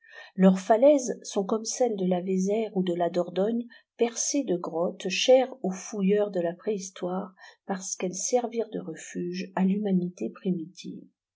leurs falaises sont comme celles de la vézère ou de la dordogne percées de grottes chères aux fouilleurs de la préhistoire parce qu'elles servirent de refuges à l'humanité primitive